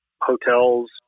hotels